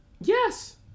Yes